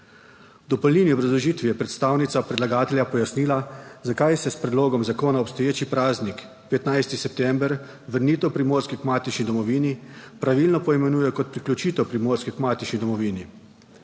V dopolnilni obrazložitvi je predstavnica predlagatelja pojasnila zakaj se s predlogom zakona obstoječi praznik 15. september, vrnitev primorske k matični domovini pravilno poimenuje kot priključitev Primorske k matični domovini.